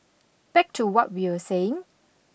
back to what we were saying